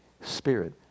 Spirit